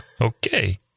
Okay